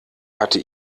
hatte